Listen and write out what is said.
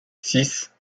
six